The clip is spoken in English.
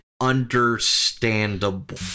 understandable